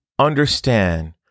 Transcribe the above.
Understand